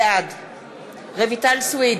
בעד רויטל סויד,